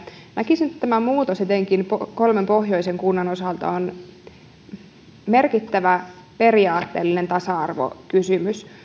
näkisin että tämä muutos etenkin kolmen pohjoisen kunnan osalta on merkittävä periaatteellinen tasa arvokysymys